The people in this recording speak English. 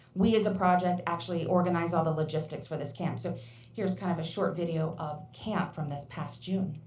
we as a project actually organize all the logistics for this camp. so here's kind of a short video of camp from this past june.